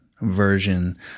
version